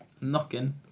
Knocking